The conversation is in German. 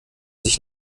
sich